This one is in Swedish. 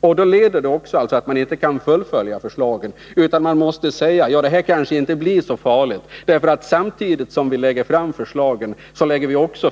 Detta leder till att man inte kan fullfölja förslagen utan måste säga: Det här kanske inte blir så farligt, därför att samtidigt som vi lägger fram förslagen tillsätter vi också